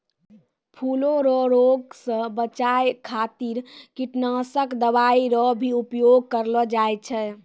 फूलो रो रोग से बचाय खातीर कीटनाशक दवाई रो भी उपयोग करलो जाय छै